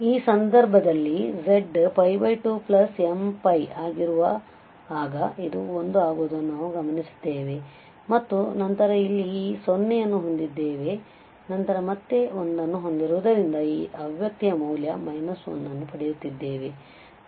ಆದ್ದರಿಂದ ಈ ಸಂದರ್ಭದಲ್ಲಿ z2mπ ಆಗಿರುವಾಗ ಇದು 1 ಆಗುವುದನ್ನು ನಾವು ಗಮನಿಸುತ್ತೇವೆ ಮತ್ತು ನಂತರ ಇಲ್ಲಿ ಈ 0 ಅನ್ನು ಹೊಂದಿದ್ದೇವೆ ಮತ್ತು ನಂತರ ಮತ್ತೆ 1 ಅನ್ನು ಹೊಂದಿರೂವುದರಿಂದ ಈ ಅಭಿವ್ಯಕ್ತಿಯ ಮೌಲ್ಯ 1 ಅನ್ನು ಪಡೆಯುತ್ತಿದ್ದೇವೆ